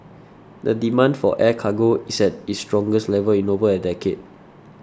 the demand for air cargo is at its strongest level in over a decade